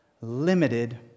limited